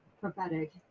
Prophetic